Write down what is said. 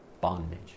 bondage